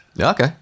Okay